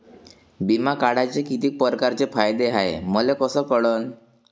बिमा काढाचे कितीक परकारचे फायदे हाय मले कस कळन?